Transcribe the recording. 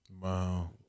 wow